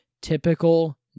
typical